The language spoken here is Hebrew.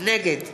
נגד